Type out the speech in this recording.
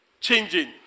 changing